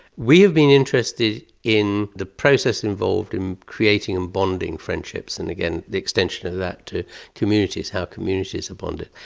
we've been interested in the process involved in creating and bonding friendships, and again, the extension of that to communities, how communities are bonded.